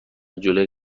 جلوی